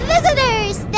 Visitors